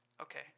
Okay